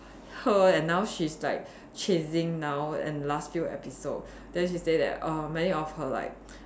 her and now she's like chasing now and last few episode then she say that err many of her like